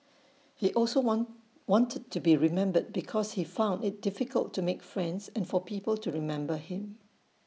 he also want wanted to be remembered because he found IT difficult to make friends and for people to remember him